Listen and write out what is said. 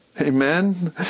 Amen